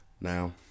Now